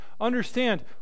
Understand